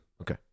Okay